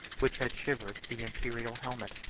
which had shivered the imperial helmet.